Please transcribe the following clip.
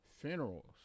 Funerals